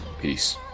Peace